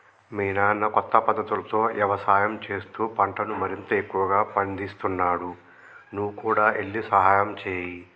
మీ నాన్న కొత్త పద్ధతులతో యవసాయం చేస్తూ పంటను మరింత ఎక్కువగా పందిస్తున్నాడు నువ్వు కూడా ఎల్లి సహాయంచేయి